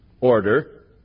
order